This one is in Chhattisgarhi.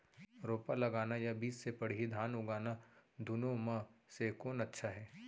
रोपा लगाना या बीज से पड़ही धान उगाना दुनो म से कोन अच्छा हे?